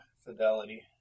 Fidelity